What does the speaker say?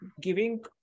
giving